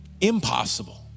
impossible